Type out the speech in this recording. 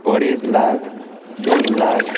अडेज लाख दोन लाख